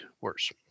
worse